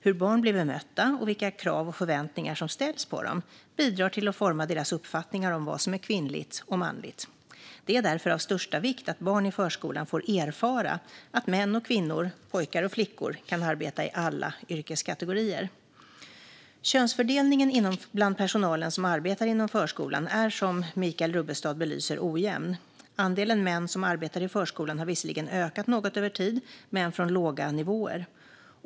Hur barn blir bemötta och vilka krav och förväntningar som ställs på dem bidrar till att forma deras uppfattningar om vad som är kvinnligt och manligt. Det är därför av största vikt att barn i förskolan får erfara att män och kvinnor, pojkar och flickor, kan arbeta i alla yrkeskategorier. Könsfördelningen bland personalen som arbetar inom förskolan är, som Michael Rubbestad belyser, ojämn. Andelen män som arbetar i förskolan har visserligen ökat något över tid, men från låga nivåer.